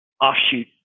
offshoot